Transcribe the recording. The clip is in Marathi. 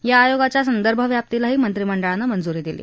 या आयोगाच्या संदर्भव्याप्तीलाही मंत्रीमंडळानं मंजुरी दिली